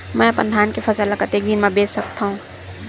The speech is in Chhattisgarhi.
मैं अपन धान के फसल ल कतका दिन म बेच सकथो?